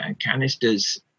canisters